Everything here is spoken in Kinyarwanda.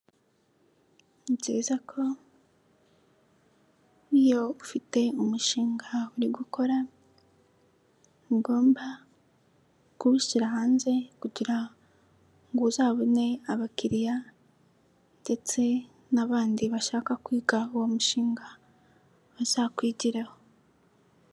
Ni byiza ko iyo ufite umushinga uri gukora, ugomba kuwushyira hanze kugira ngo uzabone abakiriya ndetse n'abandi bashaka kwiga uwo mushinga bazakwigiraho.